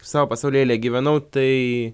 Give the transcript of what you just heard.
savo pasaulėlyje gyvenau tai